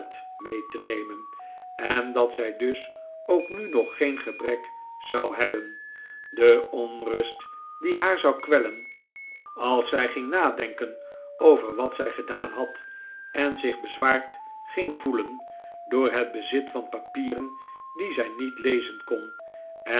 mee te nemen en dat zij dus ook nu nog geen gebrek zou hebben de onrust die haar zou kwellen als zij ging nadenken over wat zij gedaan had en zich bezwaard ging voelen door het bezit van papieren die zij niet lezen kon